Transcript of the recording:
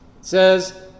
says